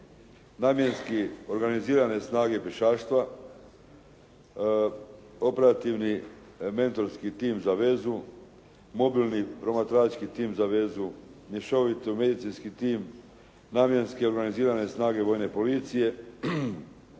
namjenski organizirane snage pješaštva, operativni mentorski tim za vezu, mobilni promatrački tim za vezu, mješoviti medicinski tim, namjenski organizirane snage vojne policije.